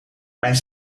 mijn